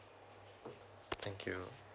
thank you